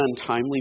untimely